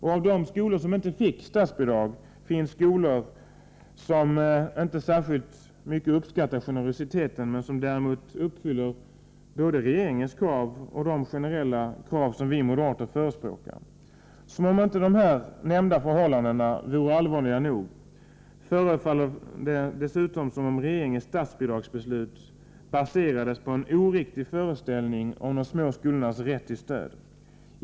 Bland dem som inte fick statsbidrag finns skolor som inte särskilt mycket uppskattar generositeten men som däremot uppfyller både regeringens krav och de generella krav som vi moderater förespråkar. Som om inte de här nämnda förhållandena vore allvarliga nog, förefaller det dessutom som om regeringens statsbidragsbeslut baserades på en oriktig föreställning om de små skolornas rätt till stöd.